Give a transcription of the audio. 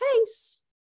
case